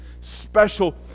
special